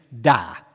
Die